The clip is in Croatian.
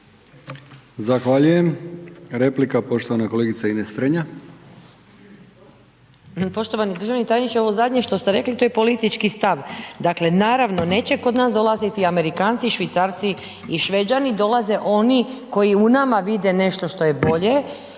Zahvaljujem. Replika poštovana kolegica Ines Strenja.